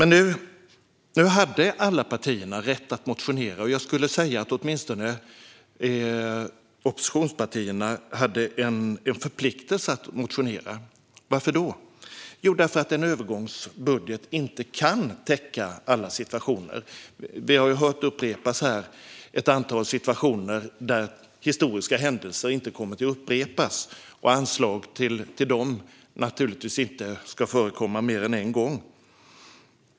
Nu hade alla partier rätt att motionera, och jag skulle vilja säga att åtminstone oppositionspartierna hade en förpliktelse att motionera. Varför? Jo, därför att en övergångsbudget inte kan täcka alla situationer. Vi har här hört det talas om ett antal situationer där historiska händelser inte kommer att upprepas, och anslag för dem ska naturligtvis inte förekomma mer än en gång.